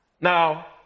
Now